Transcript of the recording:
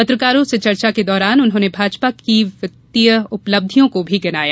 पत्रकारों से चर्चा के दौरान उन्होंने भाजपा की वित्तीय उपलब्धियों को भी गिनाया